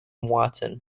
watson